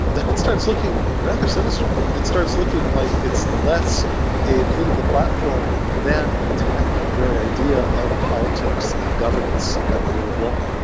then it starts looking rather sinister. it starts looking like it's less a political platform than an attack on the very idea of politics and governance and the rule of law.